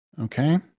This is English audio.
Okay